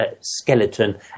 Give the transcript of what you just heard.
skeleton